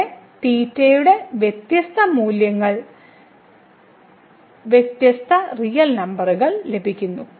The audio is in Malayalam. ഇവിടെ തീറ്റയുടെ വ്യത്യസ്ത മൂല്യങ്ങൾക്കായി വ്യത്യസ്ത റിയൽ നമ്പർ ലഭിക്കുന്നു